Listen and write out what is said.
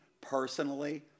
personally